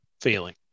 feeling